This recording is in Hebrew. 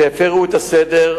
תודה.